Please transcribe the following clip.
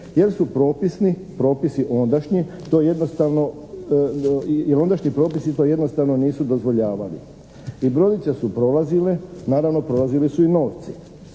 ondašnji to jednostavno nisu dozvoljavali. I brodice su prolazile, naravno prolazili su i novci.